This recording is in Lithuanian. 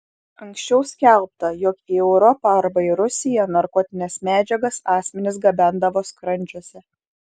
anksčiau skelbta jog į europą arba į rusiją narkotines medžiagas asmenys gabendavo skrandžiuose